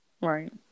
right